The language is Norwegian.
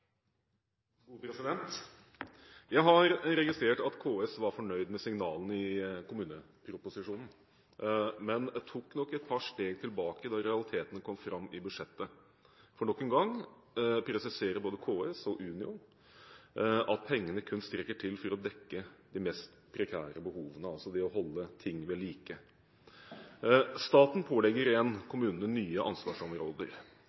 gode ting som regjeringa har gjort på dette området. Jeg har registrert at KS var fornøyd med signalene i kommuneproposisjonen, men tok nok et par steg tilbake da realitetene kom fram i budsjettet. For nok en gang presiserer både KS og Unio at pengene kun strekker til for å dekke de mest prekære behovene – altså til å holde ting ved like. Staten pålegger en